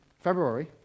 February